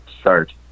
start